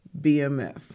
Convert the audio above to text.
BMF